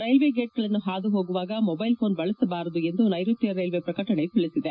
railway ಗೇಟ್ಗಳನ್ನು ಹಾದು ಹೋಗುವಾಗ ಮೊದ್ಯೆಲ್ ಫೋನ್ ಬಳಸಬಾರದು ಎಂದು ನೈರುತ್ಯ ರೈಲ್ವೆ ಪ್ರಕಟಣೆಯಲ್ಲಿ ತಿಳಿಸಿದೆ